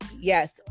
yes